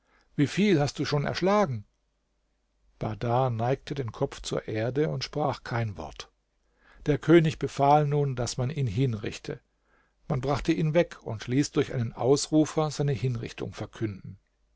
wieviel hast du schon erschlagen bahdar neigte den kopf zur erde und sprach kein wort der könig befahl nun daß man ihn hinrichte man brachte ihn weg und ließ durch den ausrufer seine hinrichtung verkünden